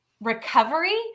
recovery